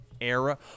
Era